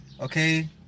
Okay